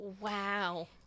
Wow